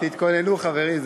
תתכוננו, חברים.